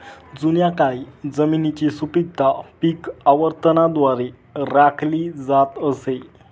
जुन्या काळी जमिनीची सुपीकता पीक आवर्तनाद्वारे राखली जात असे